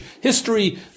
history